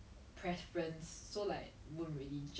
eventually you will reach a point where she will have no choice